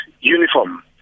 uniform